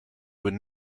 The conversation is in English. would